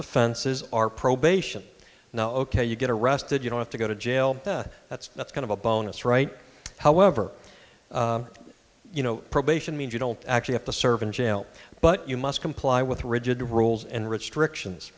offenses are probation now ok you get arrested you don't have to go to jail that's that's kind of a bonus right however you know probation means you don't actually have to serve in jail but you must comply with rigid rules and restrictions